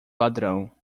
ladrão